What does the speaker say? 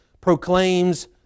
proclaims